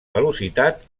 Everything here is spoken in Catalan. velocitat